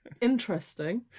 interesting